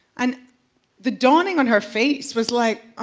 and the dawning on her face was like, oh!